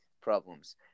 problems